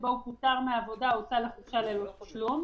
שבו הוא פוטר מעבודה או הוצא לחופשה ללא תשלום.